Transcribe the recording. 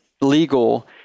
Legal